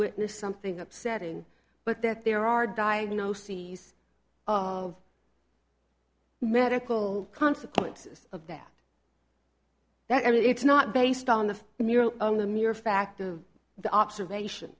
witnessed something upsetting but that there are diagnoses of medical consequences of that that it's not based on the on the mere fact of the observation